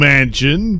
Mansion